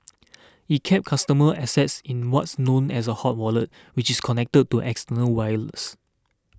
it kept customer assets in what's known as a hot wallet which is connected to external wireless